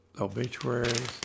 obituaries